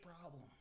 problem